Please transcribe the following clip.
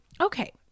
Okay